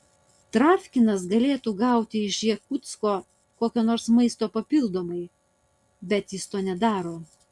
travkinas galėtų gauti iš jakutsko kokio nors maisto papildomai bet jis to nedaro